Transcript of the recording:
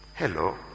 Hello